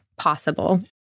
possible